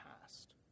past